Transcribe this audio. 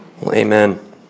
Amen